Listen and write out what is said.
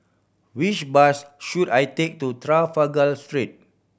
which bus should I take to Trafalgar Street